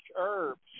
herbs